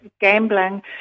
gambling